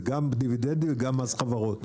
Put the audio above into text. זה גם דיבידנדים וגם מס חברות.